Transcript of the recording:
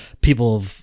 people